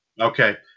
Okay